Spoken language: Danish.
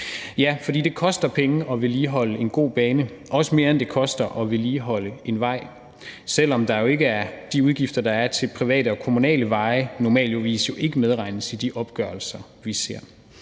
ja, det koster penge at vedligeholde en god bane, også mere, end det koster at vedligeholde en vej, selv om de udgifter, der er til private og kommunale veje, jo normalvis ikke medregnes i de opgørelser, vi ser.